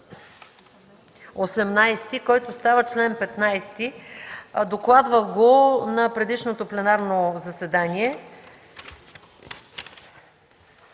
18, който става чл. 15, го докладвах на предишното пленарно заседание.